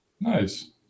Nice